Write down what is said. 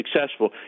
successful